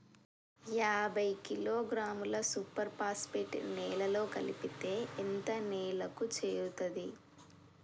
యాభై కిలోగ్రాముల super phosphate నేలలో కలిపితే ఎంత నేలకు చేరుతది?